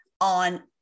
on